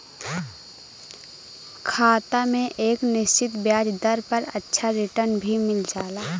खाता में एक निश्चित ब्याज दर पर अच्छा रिटर्न भी मिल जाला